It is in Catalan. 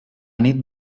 nit